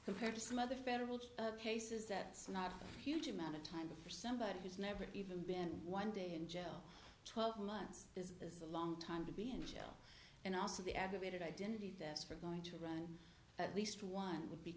compared to some other federal cases that's not a huge amount of time for somebody who's never even been one day in jail twelve months this is a long time to be in jail and also the aggravated identity theft for going to run at least one would be